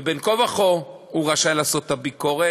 ובין כה וכה הוא רשאי לעשות את הביקורת,